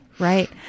Right